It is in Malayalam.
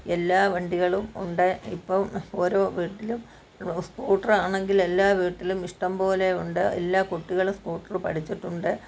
എല്ലാ വണ്ടികളും ഉണ്ട് ഇപ്പോള് ഓരോ വീട്ടിലും സ്കൂട്ടർ ആണെങ്കിൽ എല്ലാ വീട്ടിലും ഇഷ്ടം പോലെ ഉണ്ട് എല്ലാ കുട്ടികളും സ്കൂട്ടർ പഠിച്ചിട്ടുണ്ട്